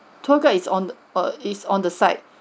tour guide is on err is on the site